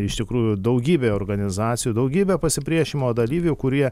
iš tikrųjų daugybė organizacijų daugybė pasipriešinimo dalyvių kurie